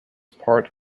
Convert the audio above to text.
part